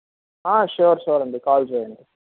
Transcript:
sure sure అండి call చెయ్యండి